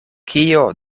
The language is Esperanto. kio